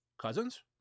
cousins